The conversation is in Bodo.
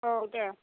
औ दे